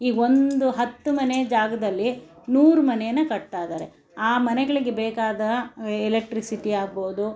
ಈಗ ಒಂದು ಹತ್ತು ಮನೆ ಜಾಗದಲ್ಲಿ ನೂರು ಮನೆಯನ್ನು ಕಟ್ತಾ ಇದ್ದಾರೆ ಆ ಮನೆಗಳಿಗೆ ಬೇಕಾದ ಎಲೆಕ್ಟ್ರಿಸಿಟಿ ಆಗ್ಬೋದು